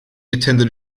attended